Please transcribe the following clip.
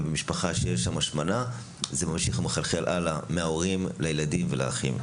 ובמשפחה שיש בה השמנה זה ממשיך ומחלחל הלאה מההורים לילדים ולאחים.